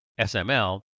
SML